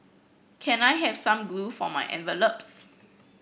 can I have some glue for my envelopes